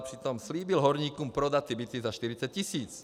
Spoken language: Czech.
Přitom slíbil horníkům prodat byty za 40 tisíc.